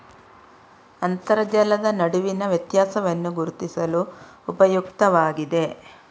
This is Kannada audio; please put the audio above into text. ಅಂತರ್ಜಲದ ನಡುವಿನ ವ್ಯತ್ಯಾಸವನ್ನು ಗುರುತಿಸಲು ಉಪಯುಕ್ತವಾಗಿದೆ